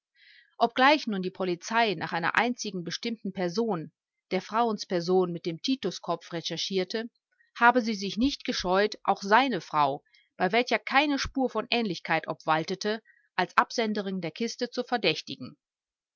obgleich nun die polizei nach einer einzigen bestimmten person der frauensperson mit dem tituskopf recherchierte habe sie sich nicht gescheut auch seine frau bei welcher keine spur von ähnlichkeit obwaltete als absenderin der kiste zu verdächtigen